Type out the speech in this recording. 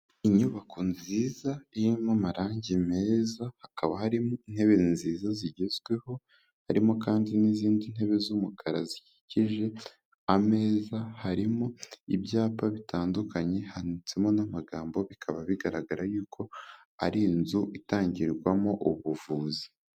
Inyubako nziza iririmo amarangi meza, hakaba harimo intebe nziza zigezweho, harimo kandi n'izindi ntebe z'umukara zikikije ameza, harimo ibyapa bitandukanye handitsemo n'amagambo. Bikaba bigaragara yuko ari inzu itangirwamo ubuvuzi.